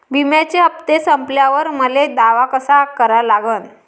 बिम्याचे हप्ते संपल्यावर मले दावा कसा करा लागन?